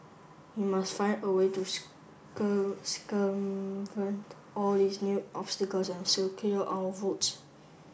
we must find a way to circumvent all these new obstacles and secure our votes